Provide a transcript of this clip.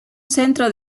centro